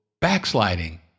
backsliding